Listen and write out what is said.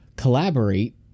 Collaborate